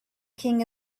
king